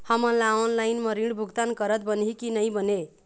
हमन ला ऑनलाइन म ऋण भुगतान करत बनही की नई बने?